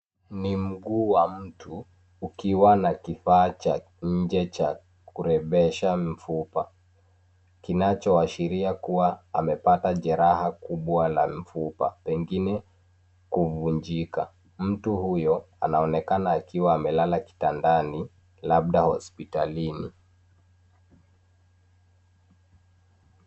Ni mguu wa mtu ukiwa na kifaa cha nje cha kurekebisha mfupa, kinachoashiria kuwa amepata jeraha kubwa la mfupa, pengine kuvunjika. Mtu huyo anaonekana akiwa amelala kitandani labda hospitalini.